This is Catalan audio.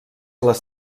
les